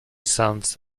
sons